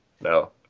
no